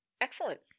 Excellent